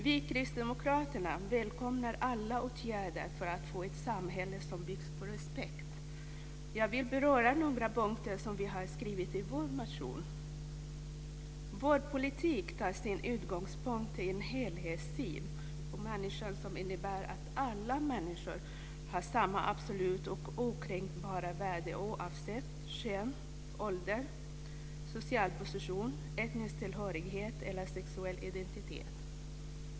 Vi kristdemokrater välkomnar alla åtgärder för att få ett samhälle byggt på respekt. Jag vill beröra några punkter som vi tar upp i vår motion. Vår politik tar sin utgångspunkt i en helhetssyn på människan som innebär att alla människor har samma absoluta och okränkbara värde oavsett kön, ålder, social position, etnisk tillhörighet eller sexuell identitet.